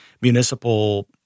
municipal